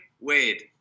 Wade